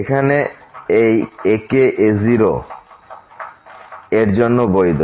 এখানে এই ak a0 এর জন্যও বৈধ